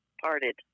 parted